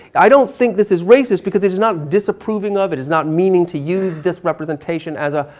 i don't think this is racist because it's not disapproving of it, it's not meaning to use this representation as a,